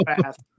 fast